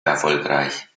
erfolgreich